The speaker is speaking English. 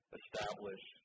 establish